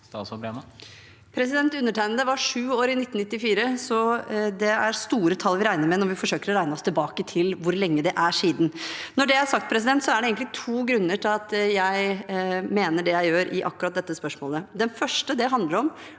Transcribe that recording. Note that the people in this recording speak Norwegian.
Undertegnede var sju år i 1994, så det er store tall vi regner med når vi forsøker å regne oss tilbake til hvor lenge det er siden. Når det er sagt, er det egentlig to grunner til at jeg mener det jeg gjør i akkurat dette spørsmålet.